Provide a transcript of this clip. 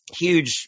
Huge